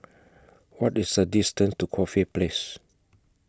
What IS The distance to Corfe Place